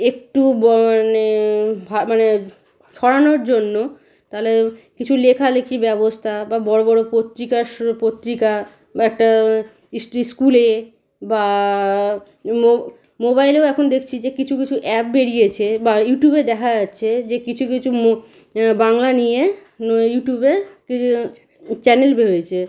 একটু মানে মানে ছড়ানোর জন্য তাহলেও কিছু লেখালেখি ব্যবস্থা বা বড় বড় পত্রিকা পত্রিকা বা একটা স্কুলে বা মোবাইলেও এখন দেখছি যে কিছু কিছু অ্যাপ বেরিয়েছে বা ইউটিউবে দেখা যাচ্ছে যে কিছু কিছু বাংলা নিয়ে ইউটিউবে কিছু চ্যানেল বের হয়েছে